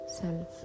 self